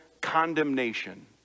condemnation